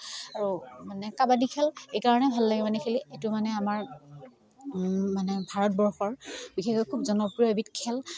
আৰু মানে কাবাডী খেল এইকাৰণে ভাল লাগে মানে খেলি এইটো মানে আমাৰ মানে ভাৰতবৰ্ষৰ বিশেষকৈ খুব জনপ্ৰিয় এবিধ খেল